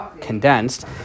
condensed